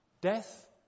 death